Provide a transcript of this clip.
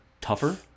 tougher